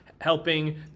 helping